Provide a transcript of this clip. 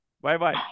Bye-bye